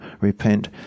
repent